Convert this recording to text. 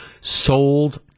sold